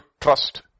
trust